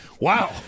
Wow